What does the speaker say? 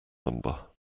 number